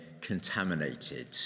contaminated